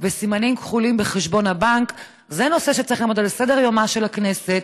וסימנים כחולים בחשבון הבנק זה נושא שצריך לעמוד על סדר-יומה של הכנסת.